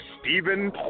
Stephen